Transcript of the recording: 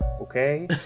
okay